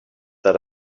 that